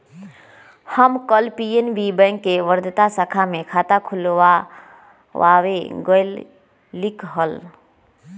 हम कल PNB bank के वर्धा शाखा में खाता खुलवावे गय लीक हल